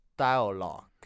dialogue